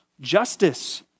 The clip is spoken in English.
justice